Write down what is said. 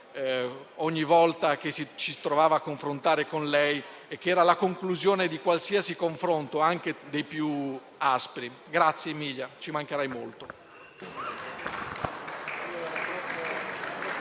Grazie Emilia, ci mancherai molto.